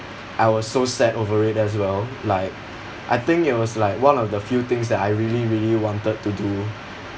I was so sad over it as well like I think it was like one of the few things that I really really wanted to do